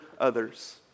others